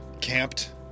camped